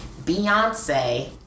beyonce